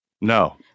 No